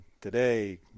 today